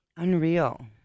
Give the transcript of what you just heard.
Unreal